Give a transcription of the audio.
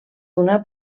una